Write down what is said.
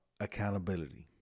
accountability